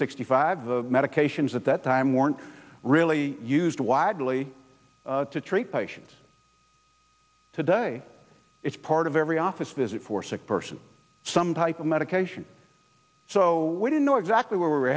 sixty five the medications at that time weren't really used widely to treat patients today it's part of every office visit for sick person some type of medication so we don't know exactly where we're